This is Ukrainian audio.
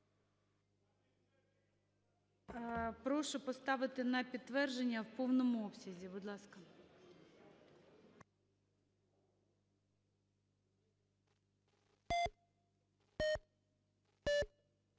Прошу поставити на підтвердження в повному обсязі, будь ласка.